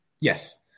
Yes